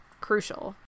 crucial